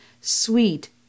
sweet